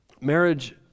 Marriage